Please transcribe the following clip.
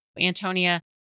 Antonia